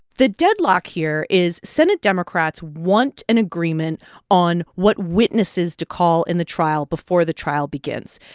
the deadlock here is senate democrats want an agreement on what witnesses to call in the trial before the trial begins.